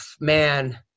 Man